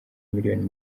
miliyoni